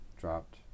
dropped